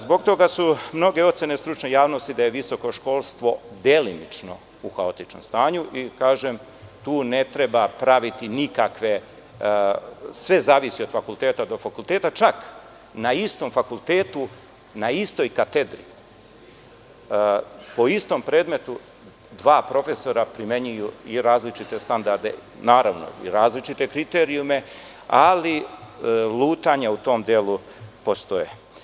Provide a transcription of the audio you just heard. Zbog toga su mnoge ocene stručne javnosti da je visoko školstvo delimično u haotičnom stanju i tu ne treba praviti nikakve, sve zavisi od fakulteta do fakulteta, čak na istom fakultetu, na istoj katedri, po istom predmetu dva profesora primenjuju i različite standarde, naravno, i različite kriterijume, ali lutanja u tom delu postoje.